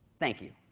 thank you.